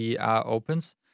opens